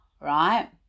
right